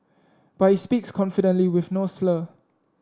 but he speaks confidently with no slur